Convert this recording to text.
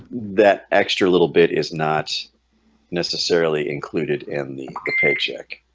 that extra little bit is not necessarily included in the paycheck